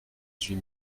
huit